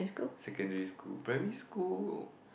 secondary school primary school